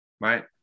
right